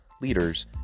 leaders